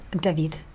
David